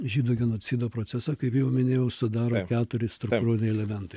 žydų genocido procesą kaip jau minėjau sudaro keturi struktūruoti elementai